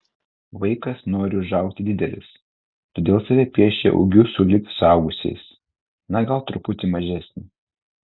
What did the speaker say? vaikas nori užaugti didelis todėl save piešia ūgiu sulig suaugusiaisiais na gal truputį mažesnį